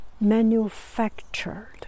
manufactured